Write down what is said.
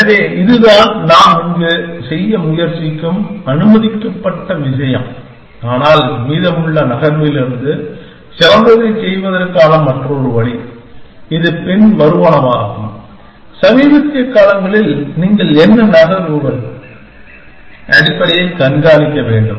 எனவே இதுதான் நாம் இங்கு செய்ய முயற்சிக்கும் அனுமதிக்கப்பட்ட விஷயம் ஆனால் மீதமுள்ள நகர்விலிருந்து சிறந்ததைச் செய்வதற்கான மற்றொரு வழி இது பின்வருவனவாகும் சமீபத்திய காலங்களில் நீங்கள் என்ன நகர்வுகள் அடிப்படையில் கண்காணிக்க வேண்டும்